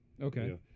Okay